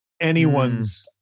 anyone's